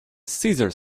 cesar